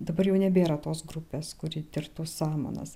dabar jau nebėra tos grupės kuri tirtų samanas